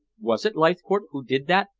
was it leithcourt who did that?